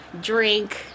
drink